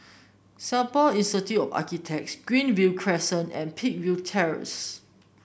Singapore Institute of Architects Greenview Crescent and Peakville Terrace